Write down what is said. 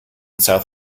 south